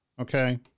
okay